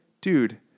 dude